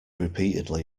repeatedly